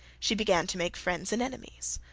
she began to make friends and enemies.